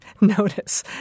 notice